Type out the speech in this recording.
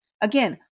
Again